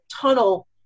tunnel